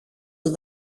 του